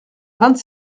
vingt